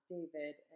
David